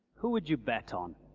who would you bet on?